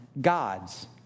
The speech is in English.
gods